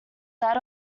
that